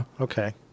Okay